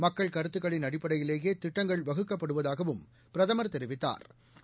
மக்கள் கருத்துக்களின் அடிப்படையிலேயேதிட்டங்கள் வகுக்கப்படுவதாகவும் பிரதமா் தெரிவித்தாா்